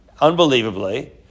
Unbelievably